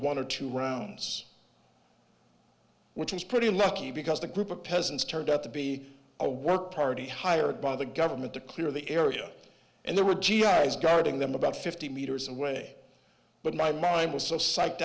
one or two rounds which was pretty lucky because the group of peasants turned out to be a work party hired by the government to clear the area and there were two guys guarding them about fifty meters away but my mind was so psyched